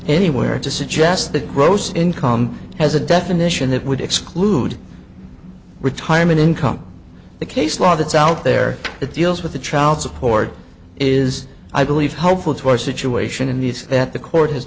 anywhere to suggest that gross income has a definition that would exclude retirement income the case law that's out there that deals with the child support is i believe helpful to our situation in this that the court has